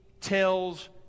tells